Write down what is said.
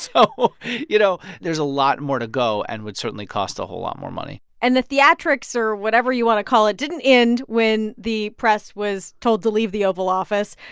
so you know, there's a lot more to go and would certainly cost a whole lot more money and the theatrics or whatever you want to call it didn't end when the press was told to leave the oval office.